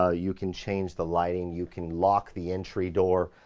ah you can change the lighting. you can lock the entry door.